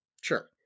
Sure